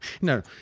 no